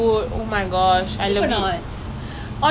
oh is it nice a lot of people have been eating it ah